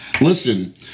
listen